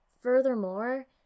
furthermore